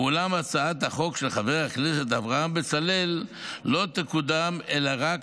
אולם הצעת החוק של חבר הכנסת אברהם בצלאל לא תקודם אלא רק